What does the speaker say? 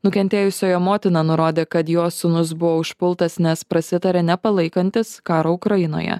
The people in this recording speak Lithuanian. nukentėjusiojo motina nurodė kad jos sūnus buvo užpultas nes prasitarė nepalaikantis karo ukrainoje